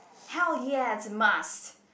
hell yes must